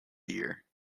beer